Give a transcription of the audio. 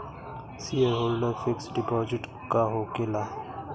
Shareholder fix deposit का होखे ला?